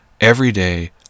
everyday